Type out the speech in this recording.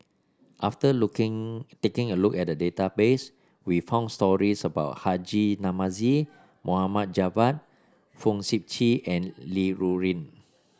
after looking taking a look at the database we found stories about Haji Namazie Mohd Javad Fong Sip Chee and Li Rulin